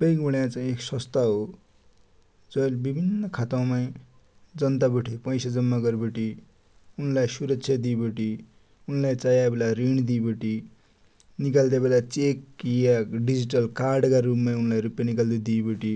बैन्क भनेको एक सस्था हो जै ले बिभिन्न खाता माइ जनता बठे पैसा जम्मा गर्बटी उनलाइ सुरक्षा दीबटी, उनलाइ चाएको बेला रिण दीबटी, निकाल्ने बेला चेक वा डीजिटल कार्ड का रुप माइ रुप्या निकाल्दु दिबटि